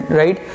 right